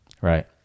Right